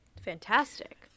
Fantastic